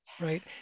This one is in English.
right